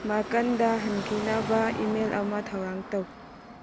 ꯃꯥꯔꯀꯟꯗ ꯍꯟꯈꯤꯅꯕ ꯏꯃꯦꯜ ꯑꯃ ꯊꯧꯔꯥꯡ ꯇꯧ